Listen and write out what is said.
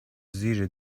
زیر